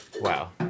Wow